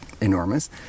enormous